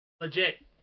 Legit